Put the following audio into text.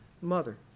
mother